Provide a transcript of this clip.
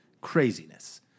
Craziness